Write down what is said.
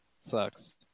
Sucks